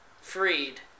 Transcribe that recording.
freed